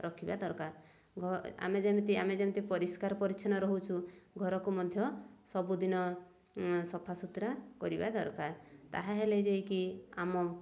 ରଖିବା ଦରକାର ଆମେ ଯେମିତି ଆମେ ଯେମିତି ପରିଷ୍କାର ପରିଚ୍ଛନ୍ନ ରହୁଛୁ ଘରକୁ ମଧ୍ୟ ସବୁଦିନ ସଫାସୁତୁରା କରିବା ଦରକାର ତାହା ହେଲେ ଯାଇକି ଆମ